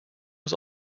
was